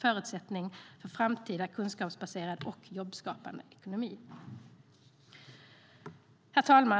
förutsättning för en framtida kunskapsbaserad och jobbskapande ekonomi. Herr talman!